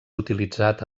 utilitzat